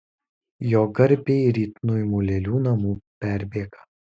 jo garbei ryt nuimu lėlių namų perbėgą